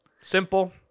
Simple